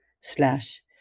slash